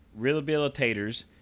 rehabilitators